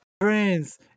Friends